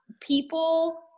people